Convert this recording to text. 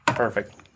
Perfect